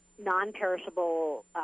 non-perishable